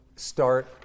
start